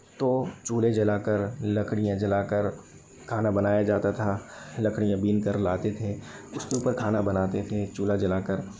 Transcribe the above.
तो चूले जलाकर लकड़ियाँ जलाकर खाना बनाया जाता था लकड़ियाँ बीन कर लाते थे उसके ऊपर खाना बनाते थे चूल्हा जलाकर